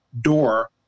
door